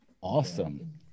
Awesome